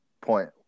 point